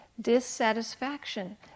dissatisfaction